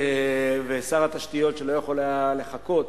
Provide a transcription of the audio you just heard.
ושר התשתיות, שלא יכול היה לחכות,